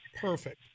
Perfect